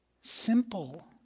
simple